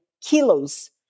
kilos